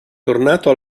tornato